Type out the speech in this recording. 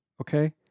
Okay